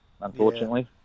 unfortunately